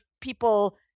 people